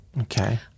Okay